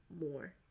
more